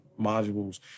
modules